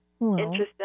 Interesting